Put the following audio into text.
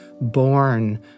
born